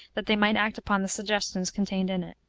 that they might act upon the suggestions contained in it.